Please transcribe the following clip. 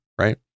right